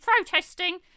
protesting